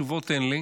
תשובות אין לי.